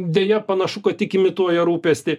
deja panašu kad tik imituoja rūpestį